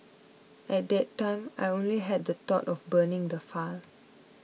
at that time I only had the thought of burning the file